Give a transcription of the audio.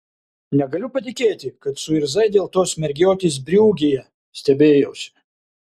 negaliu patikėti kad suirzai dėl tos mergiotės briugėje stebėjausi